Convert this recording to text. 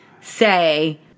say